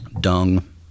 Dung